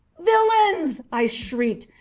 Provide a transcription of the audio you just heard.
villains! i shrieked,